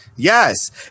Yes